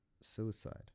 suicide